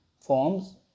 forms